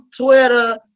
Twitter